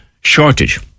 shortage